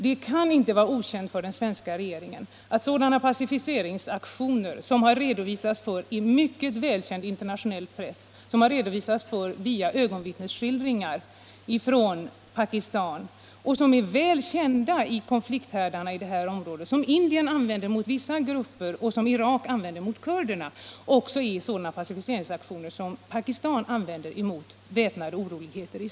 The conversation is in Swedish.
Det kan inte vara okänt för den svenska regeringen att sådana pacificeringsaktioner som redovisats i mycket välkänd internationell press via ögonvittnesskildringar från Pakistan är väl kända metoder i konflikthärdarna i denna del av världen. Indien använder dem mot vissa grupper och Irak mot kurderna. Det förekommer även sådana pacificeringsaktioner i Pakistan mot väpnade oroligheter.